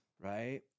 Right